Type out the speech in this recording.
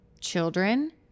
children